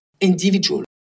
individual